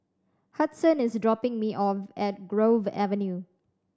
Hudson is dropping me off at Grove Avenue